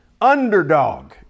underdog